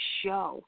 show